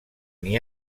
n’hi